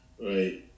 Right